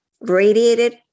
radiated